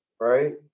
right